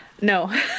No